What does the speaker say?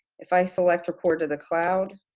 if i select record to the cloud,